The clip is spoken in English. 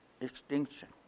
extinction